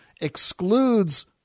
excludes